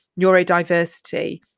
neurodiversity